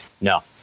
No